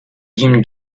jim